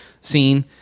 scene